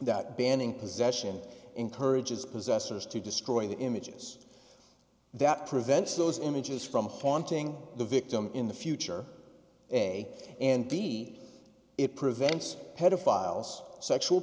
that banning possession encourages possessors to destroy the images that prevents those images from haunting the victim in the future a and b it prevents pedophiles sexual